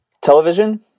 Television